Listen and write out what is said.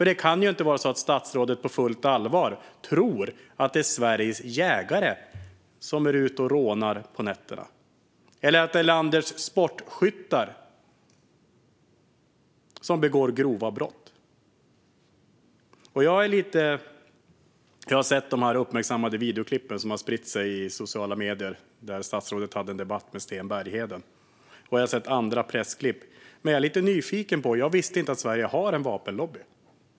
Det kan väl inte vara så att statsrådet på fullt allvar tror att det är Sveriges jägare som är ute och rånar på nätterna eller att det är landets sportskyttar som begår grova brott. Jag har sett de uppmärksammade videoklippen som har spritts i sociala medier där statsrådet har en debatt med Sten Bergheden. Jag har också sett andra pressklipp. Jag är lite nyfiken på det här, för jag visste inte att Sverige har en vapenlobby.